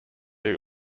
who